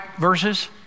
verses